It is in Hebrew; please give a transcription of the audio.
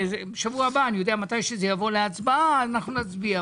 בשבוע הבא, או מתי שזה יבוא להצבעה אנחנו נצביע.